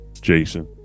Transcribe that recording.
Jason